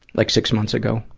like six months ago?